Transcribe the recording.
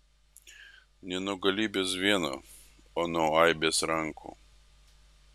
ne nuo galybės vieno o nuo aibės rankų